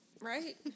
right